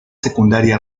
secundaria